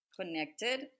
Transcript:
connected